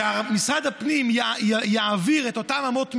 משרד הפנים יעביר את אותן אמות מידה,